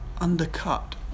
undercut